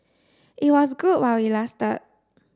it was good while it lasted